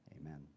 Amen